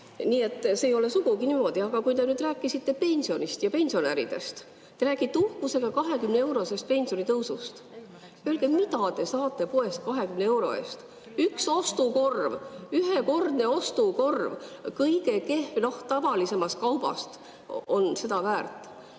Nii et see ei ole sugugi niimoodi. Aga te rääkisite pensionist ja pensionäridest. Te räägite uhkusega 20‑eurosest pensionitõusust. Öelge, mida te saate poest 20 euro eest. Üks ostukorv, ühekordne ostukorv, kus on kõige tavalisem kaup, on nii palju väärt.